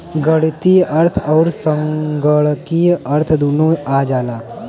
गणीतीय अर्थ अउर संगणकीय अर्थ दुन्नो आ जाला